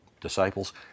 disciples